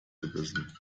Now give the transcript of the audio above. gebissen